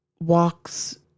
Walks